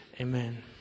Amen